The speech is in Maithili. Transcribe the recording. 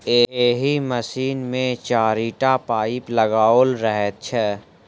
एहि मशीन मे चारिटा पाइप लगाओल रहैत छै